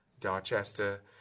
Dorchester